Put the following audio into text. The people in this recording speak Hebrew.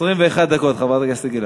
21 דקות, חברת הכנסת גלאון.